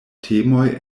temoj